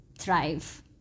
Thrive